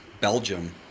Belgium